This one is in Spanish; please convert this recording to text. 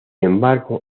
embargo